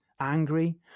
angry